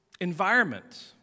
environment